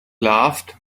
laughed